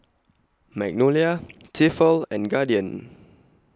Magnolia Tefal and Guardian